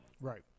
Right